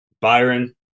Byron